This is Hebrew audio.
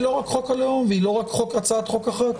היא לא רק חוק הלאום והיא לא רק הצעת חוק אחת,